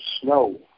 snow